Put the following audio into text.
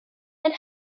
and